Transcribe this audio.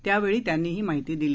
त्यावेळी त्यांनी ही माहिती दिली